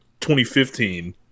2015